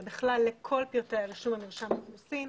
אלא בכלל לכל פרטי הרישום במרשם האוכלוסין,